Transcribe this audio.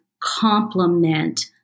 complement